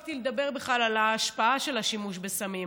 הספקתי לדבר בכלל על ההשפעה של השימוש בסמים,